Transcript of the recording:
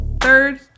Third